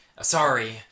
sorry